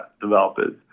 developers